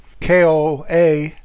KOA